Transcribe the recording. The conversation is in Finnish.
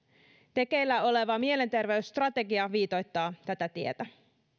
tekeillä oleva mielenterveysstrategia viitoittaa tätä tietä